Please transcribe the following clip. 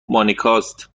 مانیکاست